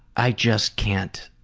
i just can't